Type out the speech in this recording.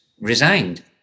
resigned